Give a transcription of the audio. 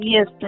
Yes